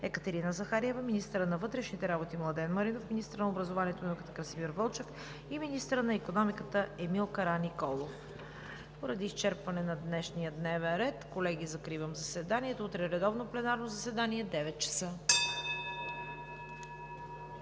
Екатерина Захариева; министърът на вътрешните работи Младен Маринов; министърът на образованието и науката Красимир Вълчев; и министърът на икономиката Емил Караниколов. Поради изчерпване на днешния дневен ред, колеги, закривам заседанието. Утре – редовно пленарно заседание, 9,00 ч.